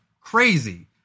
crazy